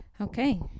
Okay